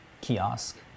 kiosk